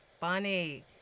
funny